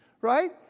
right